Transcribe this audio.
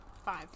five